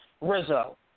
Rizzo